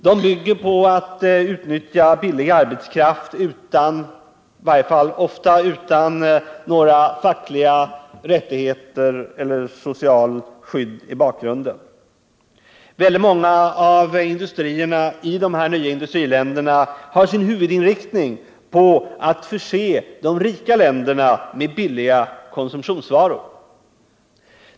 De bygger på att utnyttja billig arbetskraft, ofta utan några fackliga rättigheter eller socialt skydd i bakgrunden. Väldigt många av industrierna i de här nya industriländerna har som sin huvudsakliga inriktning att förse de rika länderna med billiga konsumtionsvaror.